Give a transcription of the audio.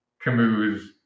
Camus